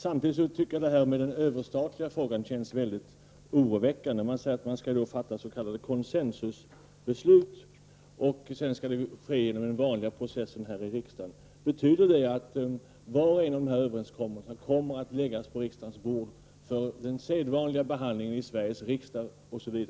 Jag tycker att frågan om den överstatliga befogenheten känns mycket oroväckande. Man säger att man skall fatta s.k. consensusbeslut, och sedan skall den vanliga processen genomgås här i riksdagen. Betyder detta att var och en av dessa överenskommelser kommer att läggas på riksdagens bord för den sedvanliga behandlingen i Sveriges riksdag?